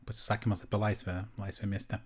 pasisakymas apie laisvę laisvę mieste